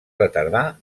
retardar